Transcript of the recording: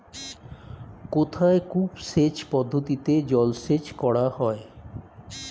কোথায় কূপ সেচ পদ্ধতিতে জলসেচ করা হয়?